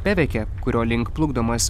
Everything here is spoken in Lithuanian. peveke kurio link plukdomas